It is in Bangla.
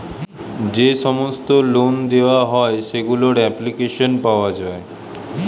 যে সমস্ত লোন দেওয়া হয় সেগুলোর অ্যাপ্লিকেশন পাওয়া যায়